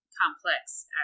complex